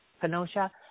Kenosha